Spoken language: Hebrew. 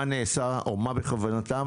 מיניות.